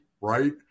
right